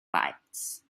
lights